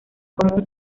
común